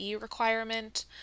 requirement